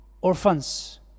orphans